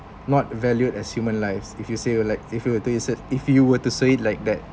not valued as human lives if you say you like if you were if you were to say it like that